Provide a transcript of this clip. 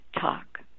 talk